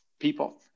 people